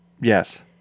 Yes